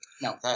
No